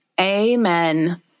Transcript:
Amen